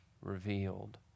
revealed